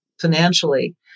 financially